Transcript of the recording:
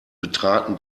betraten